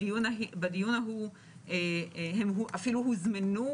בדיון ההוא אפילו הוזמנו